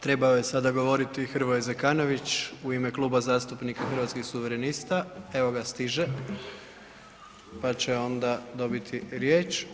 Trebao je sada govoriti Hrvoje Zekanović u ime Kluba zastupnika Hrvatskih suverenista, evo ga stiže, pa će onda dobiti riječ.